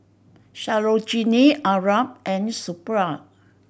Sarojini Arnab and Suppiah